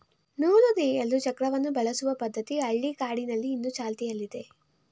ನೂಲು ನೇಯಲು ಚಕ್ರವನ್ನು ಬಳಸುವ ಪದ್ಧತಿ ಹಳ್ಳಿಗಾಡಿನಲ್ಲಿ ಇನ್ನು ಚಾಲ್ತಿಯಲ್ಲಿದೆ